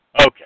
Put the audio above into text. Okay